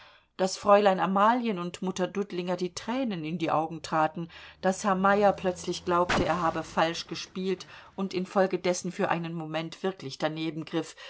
daß fräulein amalien und mutter dudlinger die tränen in die augen traten daß herr meyer plötzlich glaubte er habe falsch gespielt und infolgedessen für einen moment wirklich daneben griff